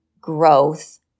growth